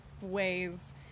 ways